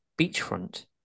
beachfront